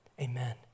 Amen